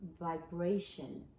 vibration